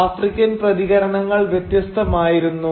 African പ്രതികരണങ്ങൾ വ്യത്യസ്തമായിരുന്നു